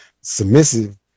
submissive